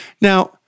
Now